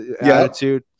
attitude